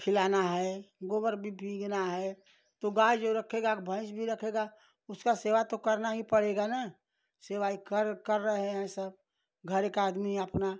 खिलाना है गोबर भी भीगना है तो गाय जो रखेगा भैंस भी रखेगा उसका सेवा तो करना ही पड़ेगा न सेवा ही कर कर रहे हैं सब घरे का आदमी अपना